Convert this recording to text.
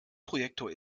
projektor